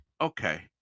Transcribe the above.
okay